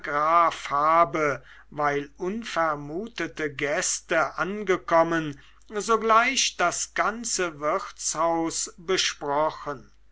habe weil unvermutete gäste angekommen sogleich das ganze wirtshaus besprochen